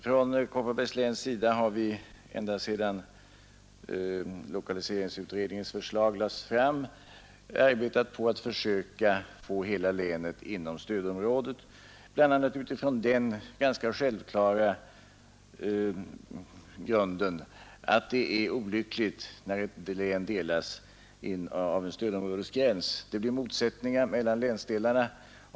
Från Kopparbergs läns sida har vi ända sedan lokaliseringsutredningens förslag lades fram arbetat på att försöka få hela länet inom stödområdet, bl.a. från den ganska självklara grunden att det är olyckligt när ett län delas av en stödområdesgräns — det blir motsättningar mellan länsdelarna.